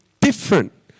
different